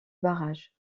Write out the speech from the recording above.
barrage